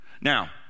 Now